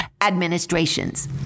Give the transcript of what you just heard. administrations